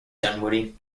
dunwoody